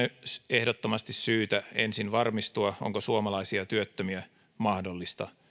ehdottomasti syytä ensin varmistua onko suomalaisia työttömiä mahdollista